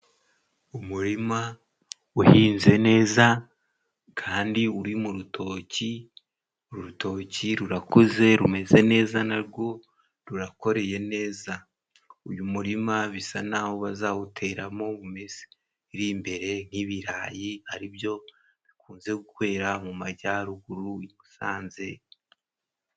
Umurima uhinze neza kandi uri mu rutoki, urutoki rurakoze rumeze neza narwo, rurakoreye neza. Uyu murima bisa naho bazawuteramo mu minsi iri imbere ibirayi, ari byo bikunze kwera mu majyaruguru i Musanze.